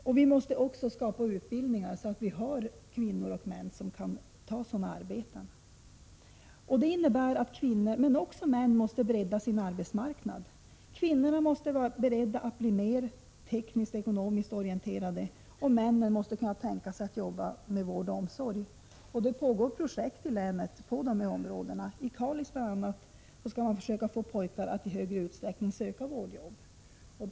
Det måste också till utbildning, så att vi har kvinnor och män som kan ta sådana här arbeten. Det innebär att kvinnor — men också män — måste bredda sin arbetsmark 35 nad. Kvinnorna måste vara beredda att bli mer tekniskt-ekonomiskt orienterade, och männen måste kunna tänka sig att jobba med vårdomsorg. Det pågår projekt i länet på de här områdena. I Kalix skall mant.ex. försöka få pojkar att i större utsträckning söka vårdjobb.